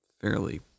fairly